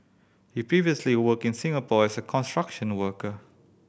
he previously worked in Singapore as a construction worker